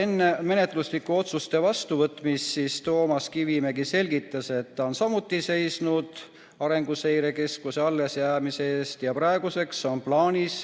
Enne menetluslike otsuste vastuvõtmist Toomas Kivimägi selgitas, et ta on samuti seisnud Arenguseire Keskuse allesjäämise eest ja praeguseks on plaanis